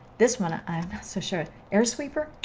this one, ah i'm not so sure air sweeper!